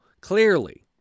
clearly